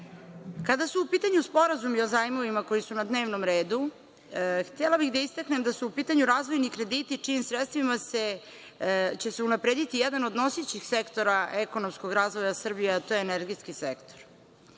su u pitanju sporazumi o zajmovima, koji su na dnevnom redu, htela bih da istaknem da su u pitanju razvojni krediti čijim sredstvima će se unaprediti jedan od nosećih sektora ekonomskog razvoja Srbije, a to je energetski sektor.